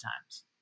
times